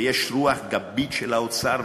ויש רוח גבית של האוצר,